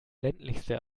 ländlichste